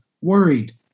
worried